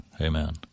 Amen